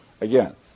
again